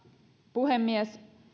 puhemies